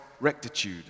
rectitude